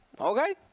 Okay